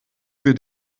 wir